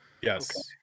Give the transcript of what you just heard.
Yes